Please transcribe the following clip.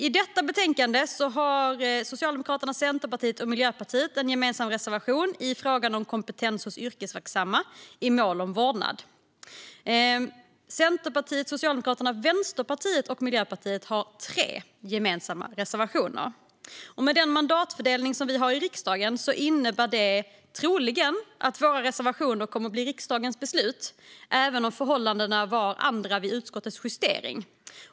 I detta betänkande har Socialdemokraterna, Centerpartiet och Miljöpartiet en gemensam reservation i frågan om kompetens hos yrkesverksamma i mål om vårdnad. Centerpartiet, Socialdemokraterna, Vänsterpartiet och Miljöpartiet har tre gemensamma reservationer. Med den mandatfördelning som vi har i riksdagen innebär det troligen att våra reservationer kommer att bli riksdagens beslut, även om förhållandena var andra vid utskottets justering.